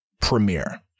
premiere